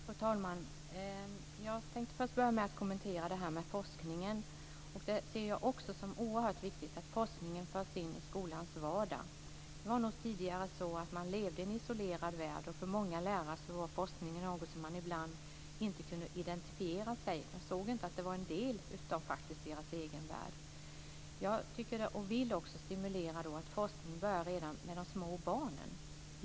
Fru talman! Jag tänkte börja med att kommentera det Lars Hjertén sade om forskningen. Jag ser det också som oerhört viktigt att forskningen förs in i skolans vardag. Tidigare levde man nog i en isolerad värld. För många lärare var forskningen någonting som de ibland inte kunde identifiera sig med. De såg inte att den faktiskt var en del av deras egen värld. Jag vill stimulera till att forskningen redan kan börja med de små barnen.